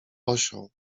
osioł